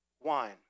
wine